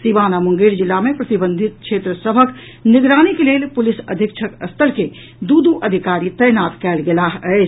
सीवान आ मुंगेर जिला मे प्रतिबंधित क्षेत्र सभक निगरानीक लेल पुलिस अधीक्षक स्तर के दू दू अधिकारी तैनात कयल गेलाह अछि